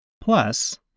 Plus